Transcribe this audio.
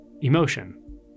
emotion